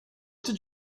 did